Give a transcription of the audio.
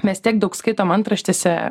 mes tiek daug skaitom antraštėse